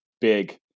big